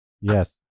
Yes